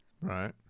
Right